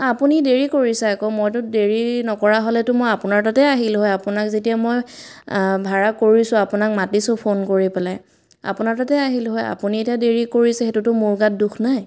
আপুনি দেৰি কৰিছে আকৌ মইতো দেৰি নকৰা হ'লেতো মই আপোনাৰ তাতে আহিলোঁ হয় আপোনাক যেতিয়া মই ভাড়া কৰিছোঁ আপোনাক মাতিছোঁ ফোন কৰি পেলাই আপোনাৰ তাতেই আহিলোঁ হয় আপুনি এতিয়া দেৰি কৰিছে সেইটোতো মোৰ গাত দোষ নাই